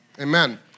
amen